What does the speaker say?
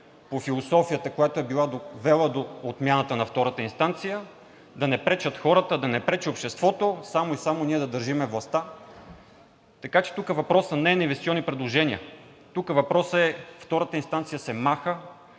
по философията, която е била довела до отмяната на втората инстанция – да не пречат хората, да не пречи обществото, само и само ние да държим властта. Така че тук въпросът не е за инвестиционни предложения, въпросът е, че втората инстанция се маха,